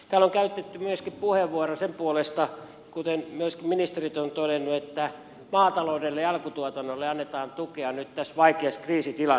täällä on käytetty puheenvuoroja myöskin sen puolesta kuten myöskin ministerit ovat todenneet että maataloudelle ja alkutuotannolle annetaan tukea nyt tässä vaikeassa kriisitilanteessa